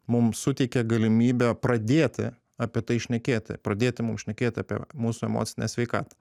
mums suteikia galimybę pradėti apie tai šnekėti pradėti mum šnekėt apie mūsų emocinę sveikatą